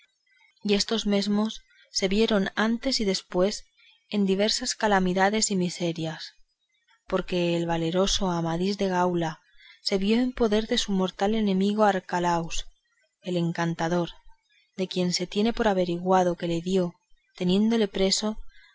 y estos mesmos se vieron antes y después en diversas calamidades y miserias porque el valeroso amadís de gaula se vio en poder de su mortal enemigo arcaláus el encantador de quien se tiene por averiguado que le dio teniéndole preso